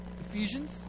Ephesians